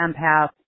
empath